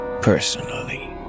personally